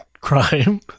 crime